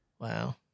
Wow